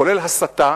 כולל הסתה,